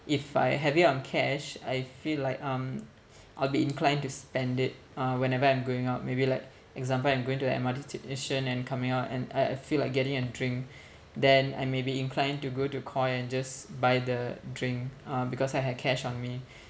if I have it on cash I feel like um I'll be inclined to spend it uh whenever I'm going out maybe like example I'm going to the M_R_T station and coming out and I I feel like getting a drink then I may be inclined to go to Koi and just buy the drink uh because I have cash on me